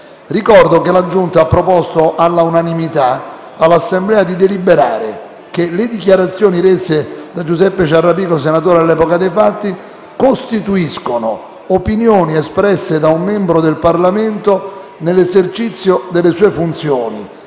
Ricordo che la Giunta ha proposto all'unanimità all'Assemblea di deliberare che le dichiarazioni rese dal signor Giuseppe Ciarrapico, senatore all'epoca dei fatti, costituiscono opinioni espresse da un membro del Parlamento nell'esercizio delle sue funzioni